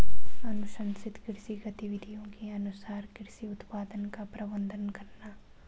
अनुशंसित कृषि गतिविधियों के अनुसार कृषि उत्पादन का प्रबंधन करना